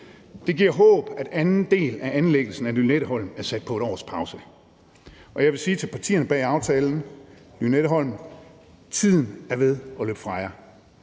Det giver håb, at anden del af anlæggelsen af Lynetteholm er sat på et års pause. Og jeg vil sige til partierne bag aftalen om Lynetteholm: Tiden er ved at løbe fra jer.